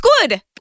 good